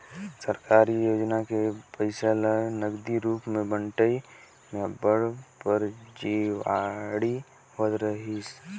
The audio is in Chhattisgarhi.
सरकारी योजना के पइसा ल नगदी रूप में बंटई में अब्बड़ फरजीवाड़ा होवत रहिस